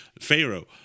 Pharaoh